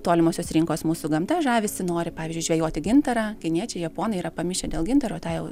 tolimosios rinkos mūsų gamta žavisi nori pavyzdžiui žvejoti gintarą kiniečiai japonai yra pamišę dėl gintaro tą jau